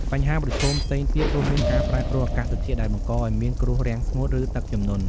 បញ្ហាប្រឈមផ្សេងទៀតរួមមានការប្រែប្រួលអាកាសធាតុដែលបង្កឱ្យមានគ្រោះរាំងស្ងួត ឬទឹកជំនន់។